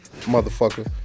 motherfucker